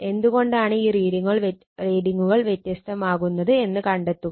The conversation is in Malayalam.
എന്തുകൊണ്ടാണ് ഈ റീഡിങ്ങുകൾ വ്യത്യസ്തമാവുന്നത് എന്ന് കണ്ടെത്തുക